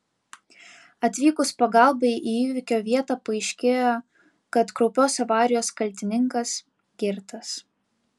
atvykus pagalbai į įvykio vietą paaiškėjo kad kraupios avarijos kaltininkas girtas